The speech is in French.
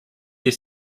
des